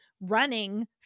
running